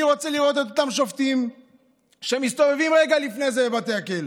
אני רוצה לראות את אותם שופטים מסתובבים רגע לפני זה בבתי הכלא,